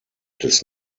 des